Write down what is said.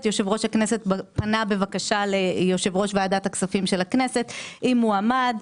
יושב-ראש הכנסת פנה בבקשה ליושב-ראש ועדת הכספים של הכנסת עם מועמד,